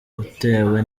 utewe